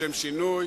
לשם שינוי,